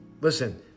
Listen